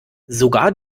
sogar